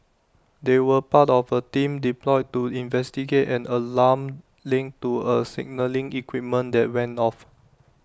they were part of A team deployed to investigate and an alarm linked to A signalling equipment that went off